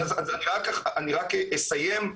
אבל אני רואה ומקבל דיווחים מהשטח על הצד השני,